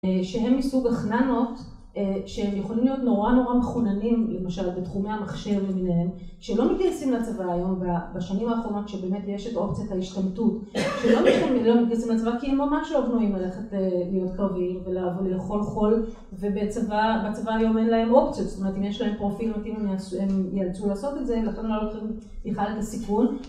שהן מסוג החננות, שהם יכולים להיות נורא נורא מחוננים למשל בתחומי המחשב למיניהם, שהם לא מתגייסים לצבא היום, בשנים האחרונות שבאמת יש את אופציית ההשתמטות, שלא מתגייסים לצבא כי הם ממש לא בנויים ללכת להיות קרביים ולאכול חול, ובצבא היום אין להם אופציות, זאת אומרת אם יש להם פרופיל מתאים הם יאלצו לעשות את זה, לכן הם לא לוקחים בכלל את הסיכון.